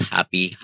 Happy